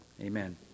Amen